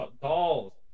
dolls